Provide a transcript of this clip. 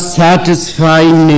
satisfying